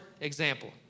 Example